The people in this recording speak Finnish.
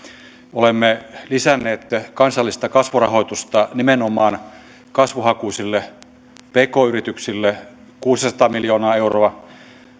olemme lisänneet kansallista kasvurahoitusta nimenomaan kasvuhakuisille pk yrityksille kuusisataa miljoonaa euroa